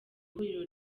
ihuriro